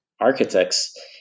architects